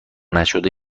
نشده